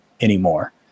anymore